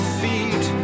feet